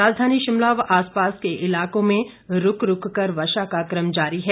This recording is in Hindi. राजधानी शिमला व आसपास के इलाकों में भी रूक रूक कर वर्षा का कम जारी है